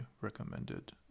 recommended